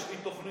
יש לי תוכנית.